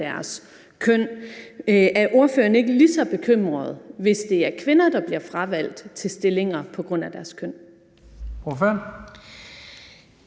køn. Er ordføreren ikke lige så bekymret, hvis det er kvinder, der bliver fravalgt til stillinger på grund af deres køn?